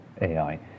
AI